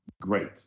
great